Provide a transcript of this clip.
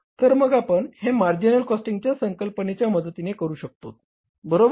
तर मग आपण हे मार्जिनल कॉस्टिंगच्या संकल्पनेच्या मदतीने करू शकतोत बरोबर